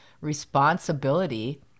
responsibility